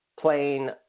Playing